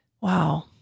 Wow